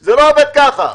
זה לא עובד ככה.